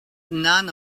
none